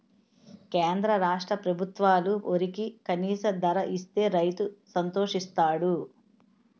కేంద్ర రాష్ట్ర ప్రభుత్వాలు వరికి కనీస ధర ఇస్తే రైతు సంతోషిస్తాడు